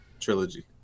trilogy